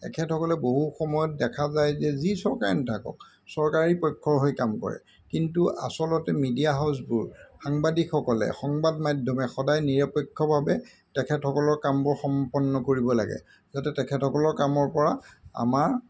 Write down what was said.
তেখেতসকলে বহু সময়ত দেখা যায় যে যি চৰকাৰে নাথাকক চৰকাৰী পক্ষৰ হৈ কাম কৰে কিন্তু আচলতে মিডিয়া হাউচবোৰ সাংবাদিকসকলে সংবাদ মাধ্যমে সদায় নিৰাপক্ষভাৱে তেখেতসকলৰ কামবোৰ সম্পন্ন কৰিব লাগে যাতে তেখেতসকলৰ কামৰপৰা আমাৰ